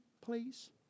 please